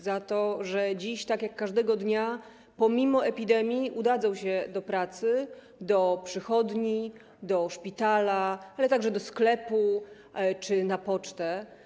Za to, że dziś, tak jak każdego dnia, pomimo epidemii udadzą się do pracy, do przychodni, do szpitala, ale także do sklepu czy na pocztę.